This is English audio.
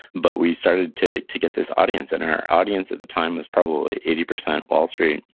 but we started to to get this audience, and our audience at the time was probably eighty percent wall street,